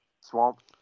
swamp